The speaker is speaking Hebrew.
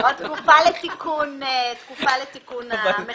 תקופה לתיקון המחדל.